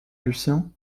lucien